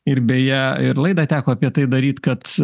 ir beje ir laidą teko apie tai daryt kad